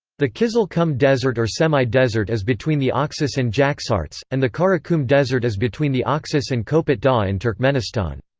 the kyzyl kum desert or semi-desert is between the oxus and jaxartes, and the karakum desert is between the oxus and kopet dagh in and turkmenistan.